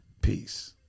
Peace